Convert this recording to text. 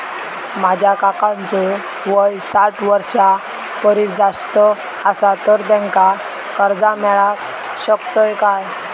माझ्या काकांचो वय साठ वर्षां परिस जास्त आसा तर त्यांका कर्जा मेळाक शकतय काय?